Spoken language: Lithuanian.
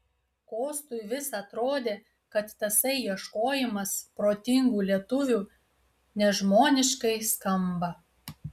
kostui vis atrodė kad tasai ieškojimas protingų lietuvių nežmoniškai skamba